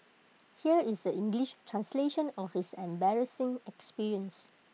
here is the English translation of his embarrassing experience